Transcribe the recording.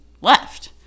left